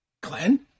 glenn